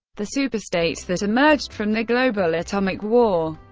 the superstates that emerged from the global atomic war.